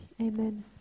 amen